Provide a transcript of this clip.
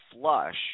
flush